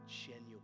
genuine